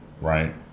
right